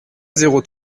zéro